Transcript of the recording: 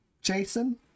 Jason